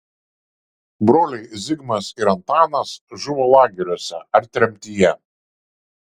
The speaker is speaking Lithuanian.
broliai zigmas ir antanas žuvo lageriuose ar tremtyje